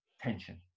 tension